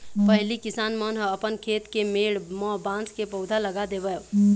पहिली किसान मन ह अपन खेत के मेड़ म बांस के पउधा लगा देवय